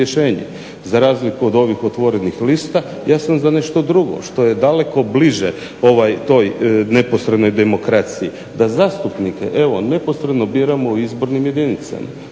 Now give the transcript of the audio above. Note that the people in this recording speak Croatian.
za razliku od ovih otvorenih lista ja sam za nešto drugo što je daleko bliže toj neposrednoj demokraciji, da zastupnike neposredno biramo u izbornim jedinicama.